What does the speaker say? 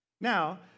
Now